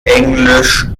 englisch